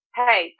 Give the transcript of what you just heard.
hey